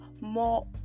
more